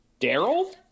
Daryl